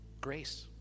grace